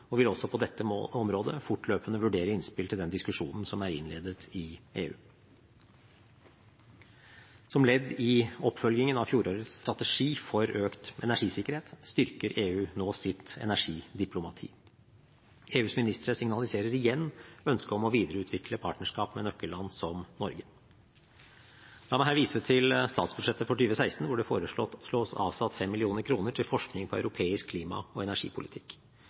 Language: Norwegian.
og vil også på dette området fortløpende vurdere innspill til den diskusjonen som er innledet i EU. Som ledd i oppfølgingen av fjorårets strategi for økt energisikkerhet styrker EU nå sitt energidiplomati. EUs ministre signaliserer igjen ønsket om å videreutvikle partnerskap med nøkkelland som Norge. La meg her vise til statsbudsjettet for 2016, hvor det foreslås avsatt 5 mill. kr til forskning på europeisk klima- og energipolitikk.